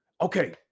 Okay